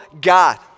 God